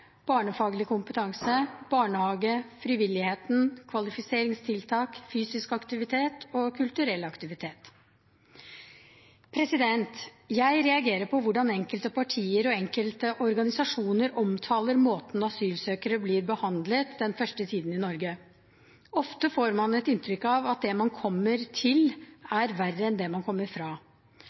barnefaglig kompetanse, barnehage, frivilligheten, kvalifiseringstiltak, fysisk aktivitet og kulturell aktivitet. Jeg reagerer på hvordan enkelte partier og enkelte organisasjoner omtaler måten asylsøkere blir behandlet på den første tiden i Norge. Ofte får man et inntrykk av at det man kommer til, er verre enn det man kommer fra.